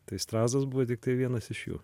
tai strazdas buvo tiktai vienas iš jų